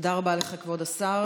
תודה רבה לך, כבוד השר.